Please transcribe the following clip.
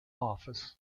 office